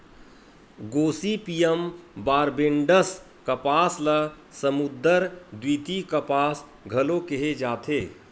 Gossypium barbadense कपास ल समुद्दर द्वितीय कपास घलो केहे जाथे